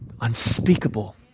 unspeakable